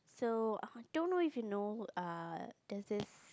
so I don't know if you know err there's this